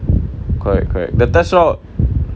correct correct the test route